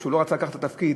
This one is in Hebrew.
כשהוא לא רצה לקחת את התפקיד,